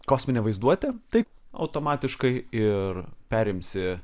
kosminę vaizduotę tai automatiškai ir perimsi